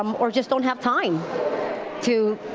um or just don't have time to